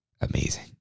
Amazing